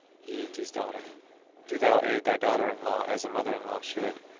aeetes' daughter do thou aid thy daughter-in-law as a mother-in-law should,